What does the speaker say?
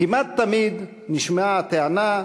כמעט תמיד נשמעה הטענה,